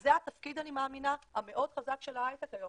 וזה התפקיד אני מאמינה, המאוד חזק של ההייטק היום.